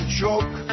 choke